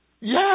Yes